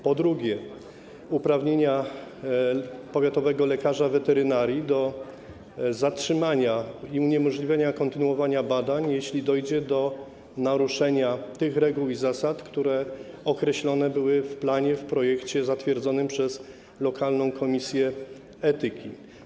Po drugie, uprawnienia powiatowego lekarza weterynarii do zatrzymania i uniemożliwienia kontynuowania badań, jeśli dojdzie do naruszenia tych reguł i zasad, które określone były w planie, w projekcie zatwierdzonym przez lokalną komisję etyki.